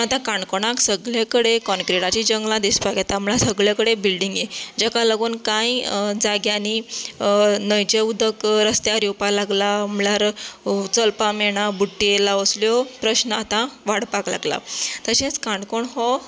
पण आतां काणकोणा सगले कडेन काँक्रिटाची जंगला दिसपाक येता म्हणल्यार सगलें कडेन बिल्डींगे जाका लागून काय जाग्यानी न्हंयचे उदक रस्त्यार येवपाक लागला म्हणल्यार च लपाक मेळना बुट्टी येयला असल्यो प्रस्न आता वाडपाक लागलां तशेंच काणकोण हो